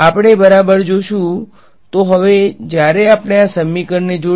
આપણે બરાબર જોશું તો હવે જ્યારે આપણે આ સમીકરણને જોડીએ